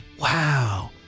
wow